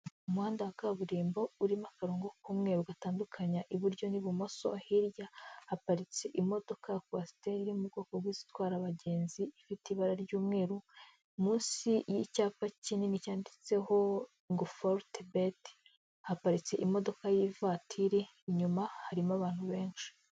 Umuhanda wa kaburimbo urimo akarongo k'umweru gatandukanya iburyo n'ibumoso, hirya haparitse imodoka ya kwasiteri iri mu bwoko bw'izitwara abagenzi ifite ibara ry'umweru, munsi y'icyapa kinini cyanditseho ngo forute beti haparitse imodoka y'ivatiri, inyuma harimo abantu benshi.